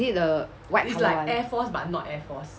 is it the white colour one